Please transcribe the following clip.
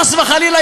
חס וחלילה,